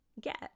get